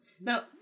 no